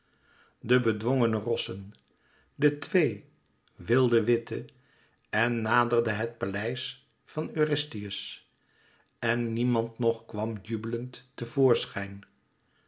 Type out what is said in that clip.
de bedwongene rossen de twee wilde witte en naderde het paleis van eurystheus en niemand nog kwam jubelend